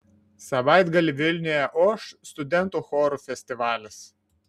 savaitgalį vilniuje oš studentų chorų festivalis